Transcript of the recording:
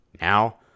Now